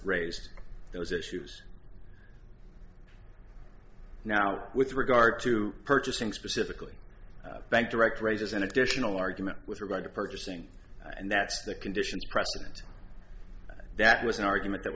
raised those issues now with regard to purchasing specifically bank direct raises an additional argument with regard to purchasing and that's the condition precedent that was an argument that